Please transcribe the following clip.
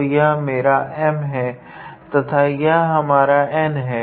तो यह मेरा M है तथा यह हमारा N है